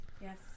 Yes